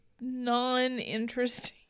non-interesting